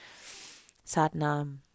Satnam